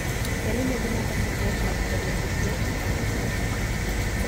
keli mėginę pasipriešinti kariai egiptiečiai susmuko